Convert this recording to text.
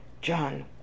john